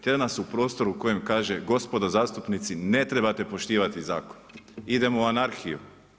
Tjera nas u prostor u kojoj kaže gospodo zastupnici, ne trebate poštivati zakon, idemo u anarhiju.